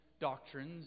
doctrines